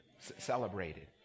celebrated